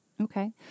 Okay